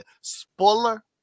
Spoiler